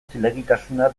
zilegitasuna